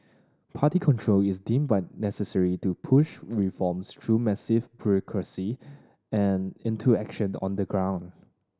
party control is deemed by necessary to push reforms through massive bureaucracy and into action on the ground